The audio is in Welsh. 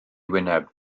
wyneb